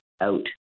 out